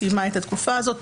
אז היא סיימה את התקופה הזאת,